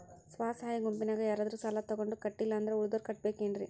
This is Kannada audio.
ಸ್ವ ಸಹಾಯ ಗುಂಪಿನ್ಯಾಗ ಯಾರಾದ್ರೂ ಸಾಲ ತಗೊಂಡು ಕಟ್ಟಿಲ್ಲ ಅಂದ್ರ ಉಳದೋರ್ ಕಟ್ಟಬೇಕೇನ್ರಿ?